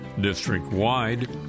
district-wide